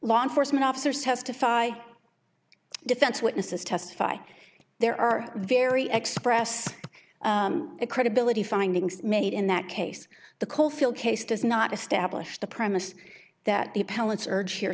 law enforcement officers testify defense witnesses testify there are very xpress credibility findings made in that case the coalfield case does not establish the premise that the appellant's urge here